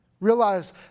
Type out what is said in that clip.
Realize